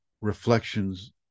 reflections